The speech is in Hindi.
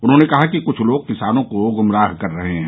उन्होंने कहा कि कुछ लोग किसानों को गुमराह कर रहे हैं